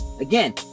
Again